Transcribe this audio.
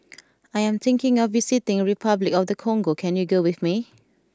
I am thinking of visiting Repuclic of the Congo can you go with me